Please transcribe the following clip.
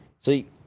See